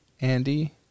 Andy